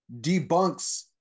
debunks